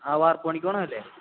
ആ വാർപ്പ് പണിക്ക് പോവുന്നതല്ലേ